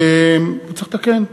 וצריך לתקן.